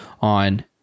on